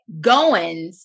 Goins